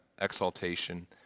exaltation